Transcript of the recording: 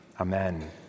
Amen